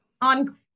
on